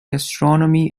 astronomy